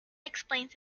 explains